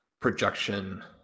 projection